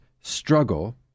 struggle